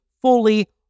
fully